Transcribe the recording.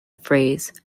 phrase